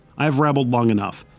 i've rambled long enough,